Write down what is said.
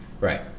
Right